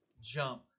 jump